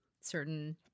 certain